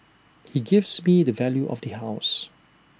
he gives me the value of the house